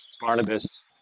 Barnabas